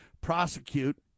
prosecute